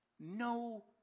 no